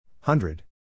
Hundred